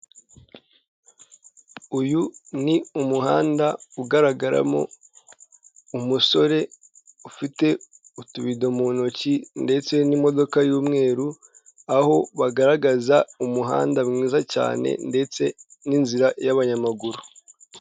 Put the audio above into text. Uyu ni umuhanda ugaragaramo umusore ufite utubido mu ntoki ndetse n'imodoka y'umweru, aho bagaragaza umuhanda mwiza cyane ndetse n'inzira y'abanyamaguru.